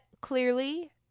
clearly